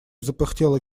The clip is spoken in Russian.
запыхтела